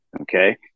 Okay